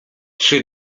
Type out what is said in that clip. czy